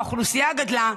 האוכלוסייה גדלה,